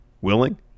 willing